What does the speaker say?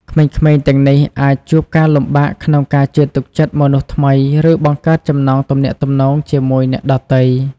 ក្មេងៗទាំងនេះអាចជួបការលំបាកក្នុងការជឿទុកចិត្តមនុស្សថ្មី ឬបង្កើតចំណងទំនាក់ទំនងជាមួយអ្នកដទៃ។